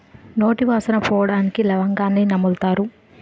నోటి వాసన పోవడానికి లవంగాన్ని నములుతారు